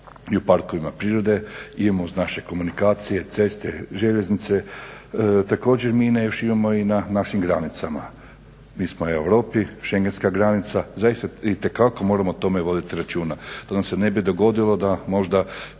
i u parkovima prirode, imamo uz naše komunikacije, ceste, željeznice. Također mine još imamo i na našim granicama. Mi smo u Europi, šengenska granica zaista itekako moramo o tome voditi računa da nam se ne bi dogodila da možda